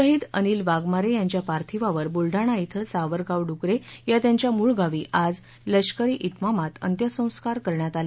शहीद अनिल वाघमारे यांच्या पार्थिवावर बुलडाणा क्रि सावरगांव डुकरे या त्यांच्या मूळगावी आज लष्करी त्रिमामात अंत्यसंस्कार करण्यात आले